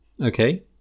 okay